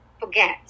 forget